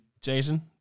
Jason